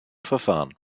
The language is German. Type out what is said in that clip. verfahren